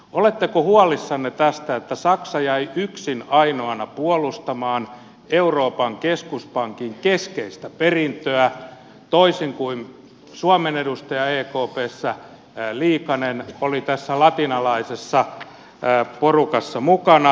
oletteko huolissanne tästä että saksa jäi yksin ainoana puolustamaan euroopan keskuspankin keskeistä perintöä toisin kuin suomen edustaja ekpssä liikanen oli tässä latinalaisessa porukassa mukana